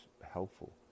helpful